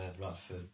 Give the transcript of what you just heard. Bradford